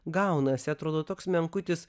gaunasi atrodo toks menkutis